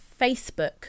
facebook